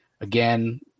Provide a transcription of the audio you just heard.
again